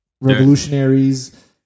revolutionaries